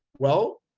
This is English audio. well,